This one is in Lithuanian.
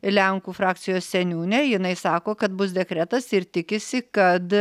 lenkų frakcijos seniūne jinai sako kad bus dekretas ir tikisi kad